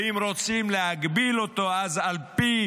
ואם רוצים להגביל אותו, אז על פי